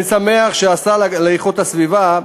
אני שמח שהשר להגנת הסביבה,